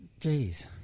Jeez